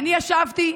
אני ישבתי,